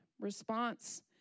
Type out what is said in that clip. response